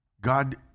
God